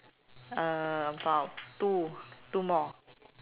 uh about two two more